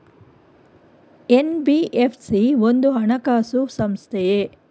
NBFC ಒಂದು ಹಣಕಾಸು ಸಂಸ್ಥೆಯೇ?